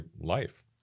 life